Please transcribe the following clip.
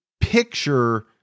picture